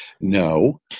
No